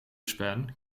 span